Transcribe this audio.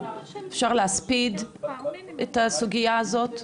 אפשר להספיד את הסוגייה הזאת?